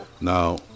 now